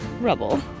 Rubble